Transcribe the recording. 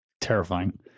terrifying